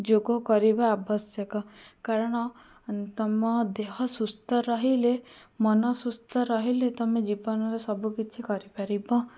ଯୋଗ କରିବା ଆବଶ୍ୟକ କାରଣ ତମ ଦେହ ସୁସ୍ଥ ରହିଲେ ମନ ସୁସ୍ଥ ରହିଲେ ତମେ ଜୀବନରେ ସବୁକିଛି କରିପାରିବ